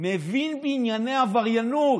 מבין בענייני עבריינות.